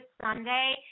Sunday